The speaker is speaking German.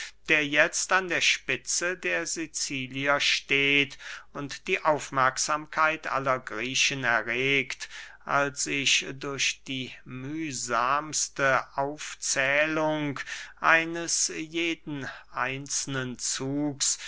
der jetzt an der spitze der sicilier steht und die aufmerksamkeit aller griechen erregt als ich durch die mühsamste aufzählung eines jeden einzelnen zugs